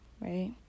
right